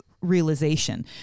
realization